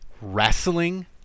wrestling